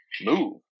move